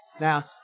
Now